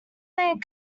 name